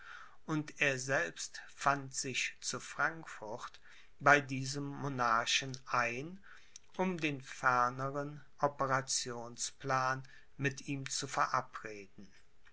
und er selbst fand sich zu frankfurt bei diesem monarchen ein um den ferneren operationsplan mit ihm zu verabreden